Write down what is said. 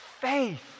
faith